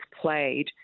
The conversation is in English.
played